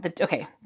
okay